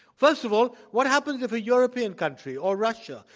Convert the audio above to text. first of all, what happens if a european country, or russia,